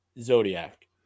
Zodiac